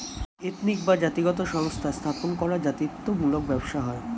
ethnic বা জাতিগত সংস্থা স্থাপন করা জাতিত্ব মূলক ব্যবসা হয়